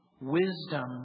wisdom